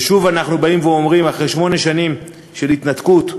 ושוב אנחנו באים ואומרים: אחרי שמונה שנים של התנתקות,